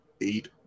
eight